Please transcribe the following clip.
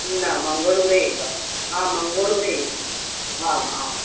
न मङ्गलूरे एव आम् मङ्गलूरे एव आम् आम्